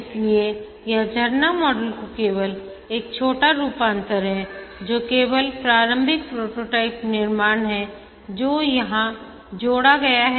इसलिए यह झरना मॉडल का केवल एक छोटा रूपांतर है जो केवल प्रारंभिक प्रोटोटाइप निर्माण है जो यहां जोड़ा गया है